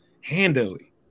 handily